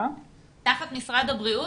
חת משרד הבריאות?